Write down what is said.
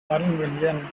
million